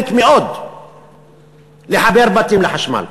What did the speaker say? מעוניינת מאוד לחבר בתים לחשמל.